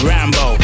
Rambo